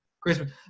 Christmas